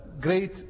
great